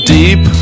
deep